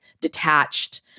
detached